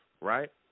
right